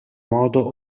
modo